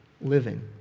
living